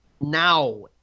now